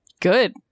Good